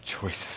Choices